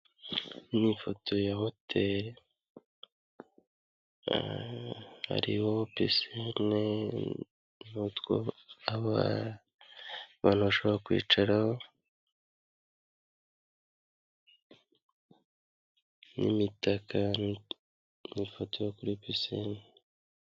Ni ifoto ya hoteri, hariho pisine, n'utwo abantu bashobora kwicaraho, n'imitaka, ni ifoto kuri pisine.